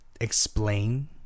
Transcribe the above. explain